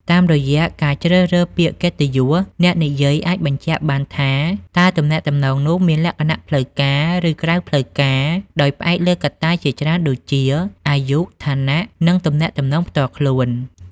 តាមរយៈការជ្រើសរើសពាក្យកិត្តិយស អ្នកនិយាយអាចបញ្ជាក់បានថាតើទំនាក់ទំនងនោះមានលក្ខណៈផ្លូវការ ឬក្រៅផ្លូវការ ដោយផ្អែកលើកត្តាជាច្រើនដូចជា អាយុ ឋានៈ និងទំនាក់ទំនងផ្ទាល់ខ្លួន។